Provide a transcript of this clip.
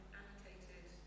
annotated